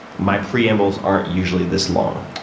my preambles aren't usually this long.